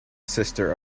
sister